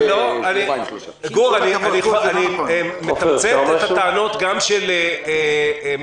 --- אני מתמצת את הטענות של חברי הכנסת